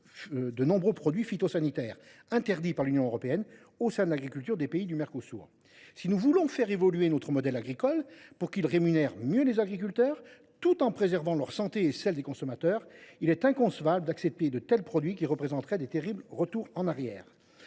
de nombreux produits phytosanitaires interdits par l’Union européenne. Si nous voulons faire évoluer notre modèle agricole pour qu’il rémunère mieux les agriculteurs tout en préservant leur santé et celle des consommateurs, il est inconcevable d’accepter de tels produits, qui représenteraient une terrible régression.